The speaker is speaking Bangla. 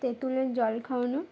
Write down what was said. তেঁতুলের জল খাওয়ানো